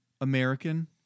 American